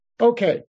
Okay